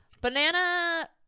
banana